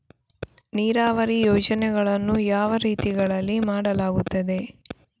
ನೀರಾವರಿ ಯೋಜನೆಗಳನ್ನು ಯಾವ ರೀತಿಗಳಲ್ಲಿ ಮಾಡಲಾಗುತ್ತದೆ?